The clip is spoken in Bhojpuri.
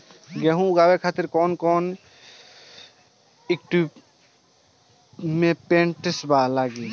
गेहूं उगावे खातिर कौन कौन इक्विप्मेंट्स लागी?